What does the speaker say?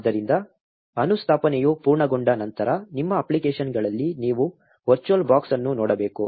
ಆದ್ದರಿಂದ ಅನುಸ್ಥಾಪನೆಯು ಪೂರ್ಣಗೊಂಡ ನಂತರ ನಿಮ್ಮ ಅಪ್ಲಿಕೇಶನ್ಗಳಲ್ಲಿ ನೀವು ವರ್ಚುವಲ್ ಬಾಕ್ಸ್ ಅನ್ನು ನೋಡಬೇಕು